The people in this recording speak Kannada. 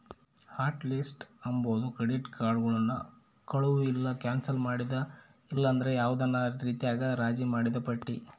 ಹಾಟ್ ಲಿಸ್ಟ್ ಅಂಬಾದು ಕ್ರೆಡಿಟ್ ಕಾರ್ಡುಗುಳ್ನ ಕಳುವು ಇಲ್ಲ ಕ್ಯಾನ್ಸಲ್ ಮಾಡಿದ ಇಲ್ಲಂದ್ರ ಯಾವ್ದನ ರೀತ್ಯಾಗ ರಾಜಿ ಮಾಡಿದ್ ಪಟ್ಟಿ